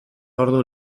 ordu